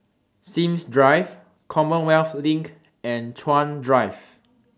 Sims Drive Commonwealth LINK and Chuan Drive